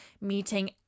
meeting